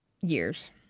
years